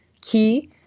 key